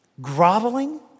Groveling